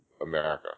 America